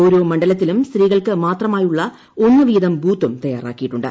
ഓരോ മണ്ഡലത്തിലും സ്ത്രീകൾക്ക് മാത്രമായുള്ള ഒന്നു വീതം ബൂത്തും തയ്യാറാക്കിയിട്ടുണ്ട്